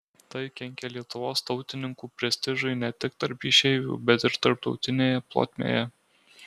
tai kenkė lietuvos tautininkų prestižui ne tik tarp išeivių bet ir tarptautinėje plotmėje